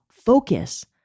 focus